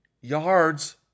yards